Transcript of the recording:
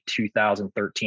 2013